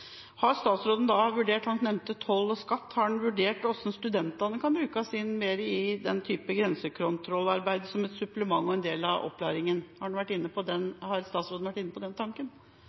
vurdert – han nevnte tolletaten og skatteetaten – hvordan studentene kan brukes mer i den type grensekontrollarbeid, som et supplement til og som en del av opplæringen? Har statsråden vært inne på den tanken? La meg først bare peke på